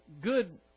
good